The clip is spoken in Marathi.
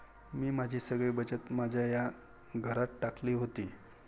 मी माझी सगळी बचत माझ्या या घरात टाकली होती